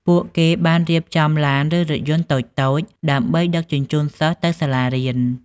ពួកគេបានរៀបចំឡានឬរថយន្តតូចៗដើម្បីដឹកជញ្ជូនសិស្សទៅសាលារៀន។